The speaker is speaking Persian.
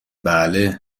بله